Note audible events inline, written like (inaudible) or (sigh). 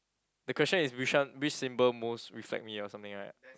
the question is which one which symbol most reflect me or something right (noise)